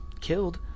killed